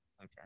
Okay